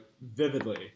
vividly